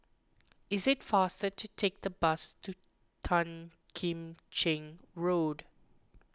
it is faster to take the bus to Tan Kim Cheng Road